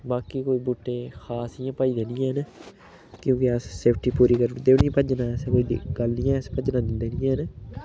बाकी कोई बूह्टे खास इ'यां भजदे नी हैन क्योंकि अस सेफ्टी पूरी करी ओड़दे उनेंगी भज्जने आस्तै कोई गल्ल नी ऐ अस भज्जन दिंदे नी हैन